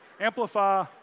amplify